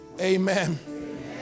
Amen